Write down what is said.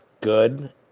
good